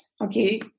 okay